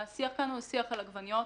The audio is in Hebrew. השיח כאן הוא שיח על עגבניות.